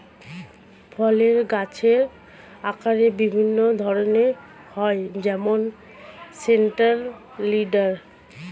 ফলের গাছের আকারের বিভিন্ন ধরন হয় যেমন সেন্ট্রাল লিডার